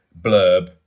blurb